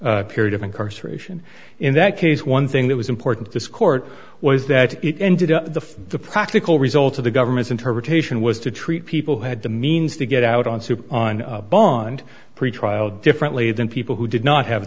phrase period of incarceration in that case one thing that was important this court was that it ended up to the practical result of the government's interpretation was to treat people who had the means to get out on soup on bond pretrial differently than people who did not have